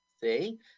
See